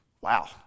wow